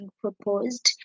proposed